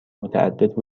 متعدد